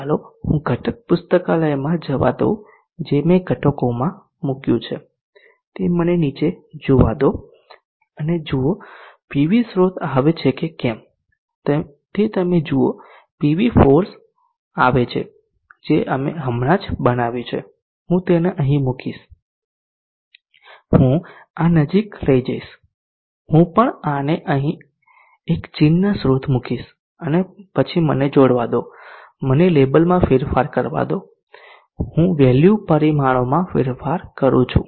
ચાલો હું ઘટક પુસ્તકાલયમાં જવા દઉં જે મેં ઘટકોમાં મુક્યું છે તે મને નીચે જોવા દો અને જુઓ પીવી સ્ત્રોત આવે છે કે કેમ તે તમે જુઓ પીવી ફોર્સ આવે છે જે અમે હમણાં જ બનાવ્યું છે હું તેને અહીં મૂકીશ હું આ નજીક લઈ જઈશ હું પણ આને અહીં એક ચિહ્ન સ્ત્રોત મૂકિશ અને પછી મને જોડવા દો મને લેબલમાં ફેરફાર કરવા દો હું વેલ્યુ પરિમાણોમાં ફેરફાર કરું છું